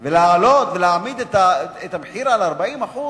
ועד להעלות ולהעמיד את המחיר על עוד 40%?